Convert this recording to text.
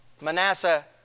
Manasseh